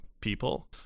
people